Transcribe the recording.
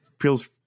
feels